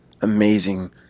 amazing